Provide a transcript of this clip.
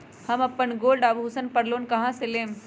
हम अपन गोल्ड आभूषण पर लोन कहां से लेम?